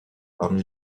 parmi